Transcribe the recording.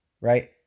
right